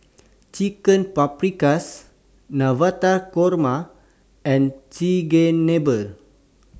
Chicken Paprikas Navratan Korma and Chigenabe